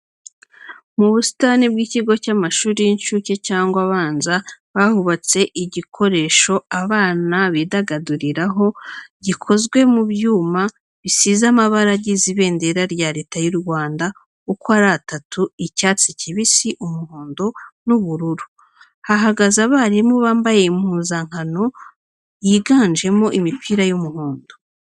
Mu busitani bw'ikigo cy'amashuri y'incuke cyangwa abanza bahubatse igikoresho abana bidagaduriraho gikozwe mu byuma bisize amabara agize ibendera rya Leta y'u Rwanda uko ari atatu icyatsi kibisi, umuhondo, n'ubururu. Hahagaze abarimu bambaye impuzankano yiganjemo imipira y'umuhondo.